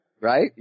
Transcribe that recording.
Right